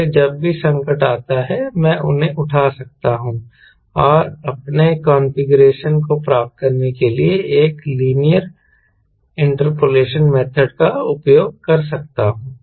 इसलिए जब भी संकट आता है मैं उन्हें उठा सकता हूं और अपने कॉन्फ़िगरेशन को प्राप्त करने के लिए एक लीनियर इंटरपोलेशन मेथड का उपयोग कर सकता हूं